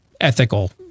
ethical